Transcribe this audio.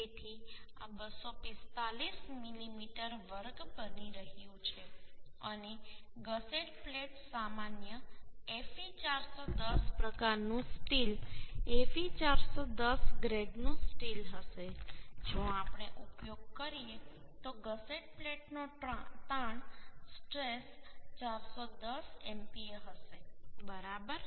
તેથી આ 245 મિલીમીટર² બની રહ્યું છે અને ગસેટ પ્લેટ સામાન્ય Fe 410 પ્રકારનું સ્ટીલ Fe 410 ગ્રેડનું સ્ટીલ હશે જો આપણે ઉપયોગ કરીએ તો ગસેટ પ્લેટનો તાણ સ્ટ્રેસ 410 MPa હશે બરાબર